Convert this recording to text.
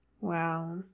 Wow